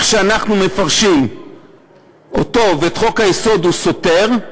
כמו שאנחנו מפרשים אותו ואת חוק-היסוד, הוא סותר,